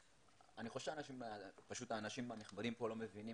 אני חושב שהאנשים הנכבדים פה לא מבינים